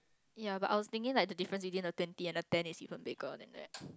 ya but I was thinking like the difference between a twenty and a ten if you and then there